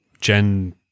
Gen